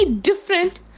different